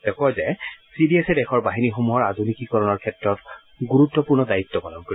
তেওঁ কয় যে চি ডি এছে দেশৰ বাহিনীসমূহৰ আধুনিকীকৰণৰ ক্ষেত্ৰত গুৰুত্বপূৰ্ণ দায়িত্ব পালন কৰিব